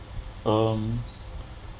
um